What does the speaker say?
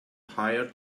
hire